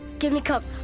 give me cover,